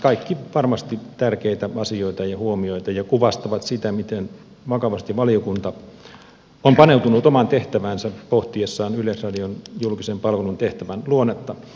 kaikki nämä ovat varmasti tärkeitä asioita ja huomioita ja kuvastavat sitä miten vakavasti valiokunta on paneutunut omaan tehtäväänsä pohtiessaan yleisradion julkisen palvelun tehtävän luonnetta